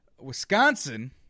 Wisconsin